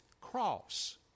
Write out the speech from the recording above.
cross